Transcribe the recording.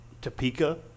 Topeka